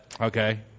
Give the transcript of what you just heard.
Okay